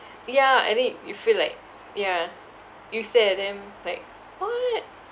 ya and then you feel like yeah you stare at them like what